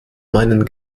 meinen